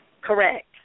Correct